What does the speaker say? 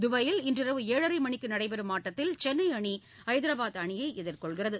துபாயில் இன்றிரவு ஏழரை மணிக்கு நடைபெறும் ஆட்டத்தில் சென்னை அணி ஹைதராபாத் அணியை எதிர்கொள்கிறது